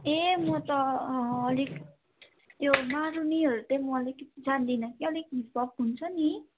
ए म त अलिक त्यो मारुनीहरू चाहिँ म आलिकति जान्दिनँ कि अलिक हिपहप हुन्छ नि